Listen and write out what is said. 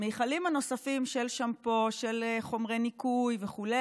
המכלים הנוספים, של שמפו, של חומרי ניקוי וכו'